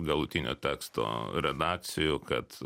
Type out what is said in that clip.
galutinio teksto redakcijų kad